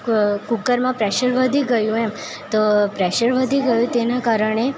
કૂકરમાં પ્રેસર વધી ગયું એમ તો પ્રેસર વધી ગયું તેના કારણે